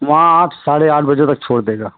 वहाँ आप साढ़े आठ बजे तक छोड़ देगा